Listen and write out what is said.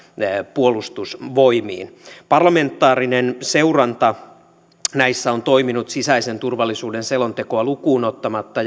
puolustusvoimiin parlamentaarinen seuranta näissä on toiminut sisäisen turvallisuuden selontekoa lukuun ottamatta